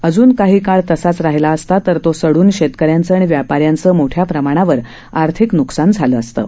अजून काही काळ तसाच राहिला असता तर तो सड्रन शेतक यांचं आणि व्यापा यांचं मोठ्या प्रमाणावर आर्थिक न्कसान झालं असतं